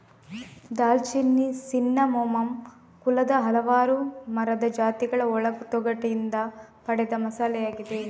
ದಾಲ್ಚಿನ್ನಿ ಸಿನ್ನಮೋಮಮ್ ಕುಲದ ಹಲವಾರು ಮರದ ಜಾತಿಗಳ ಒಳ ತೊಗಟೆಯಿಂದ ಪಡೆದ ಮಸಾಲೆಯಾಗಿದೆ